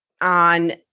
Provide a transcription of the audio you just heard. on